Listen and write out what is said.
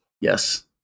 Yes